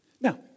Now